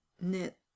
knit